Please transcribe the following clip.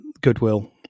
goodwill